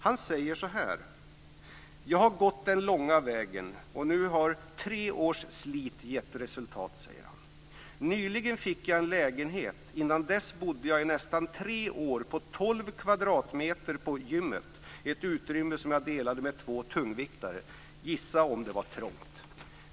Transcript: Han säger: "Jag har gått den långa vägen och nu har tre års slit gett resultat." Sedan säger han: "Nyligen fick jag en lägenhet. Innan dess bodde jag i nästan tre år på 12 kvadratmeter på gymmet, ett utrymme som jag delade med två tungviktare. Gissa om det var trångt."